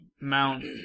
Mount